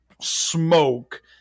smoke